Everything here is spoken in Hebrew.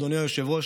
אדוני היושב-ראש,